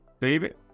David